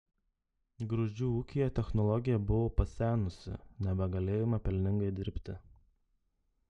gruzdžių ūkyje technologija buvo pasenusi nebegalėjome pelningai dirbti